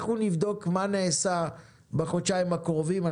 אנחנו נבדוק מה נעשה בחודשיים הקרובים.